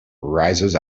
rises